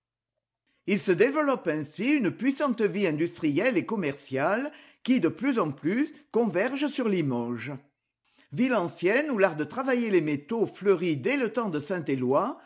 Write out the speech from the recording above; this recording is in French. il se développe ainsi une puissante vie industrielle et commerciale qui de plus en plus converge sur limoges ville ancienne où l'art de travailler les métaux fleurit dès le temps de saint eloi